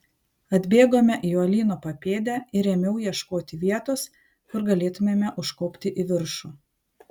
atbėgome į uolyno papėdę ir ėmiau ieškoti vietos kur galėtumėme užkopti į viršų